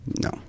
No